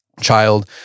child